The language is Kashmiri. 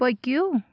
پٔکِو